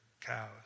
cows